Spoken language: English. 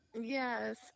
Yes